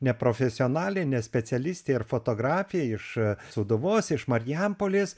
neprofesionalė nespecialistė ir fotografė iš sūduvos iš marijampolės